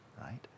right